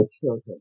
children